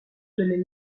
les